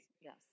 Yes